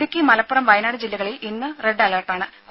ഇടുക്കി മലപ്പുറം വയനാട് ജില്ലകളിൽ ഇന്ന് red alert ആണ്